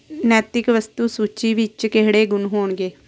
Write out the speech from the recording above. ਨੈਤਿਕ ਵਸਤੂ ਸੂਚੀ ਵਿੱਚ ਕਿਹੜੇ ਗੁਣ ਹੋਣਗੇ